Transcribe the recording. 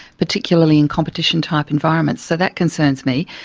particularly in competition-type environments, so that concerns me.